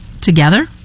together